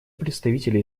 представителя